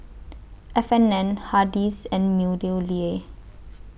F and N Hardy's and Meadowlea